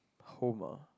home ah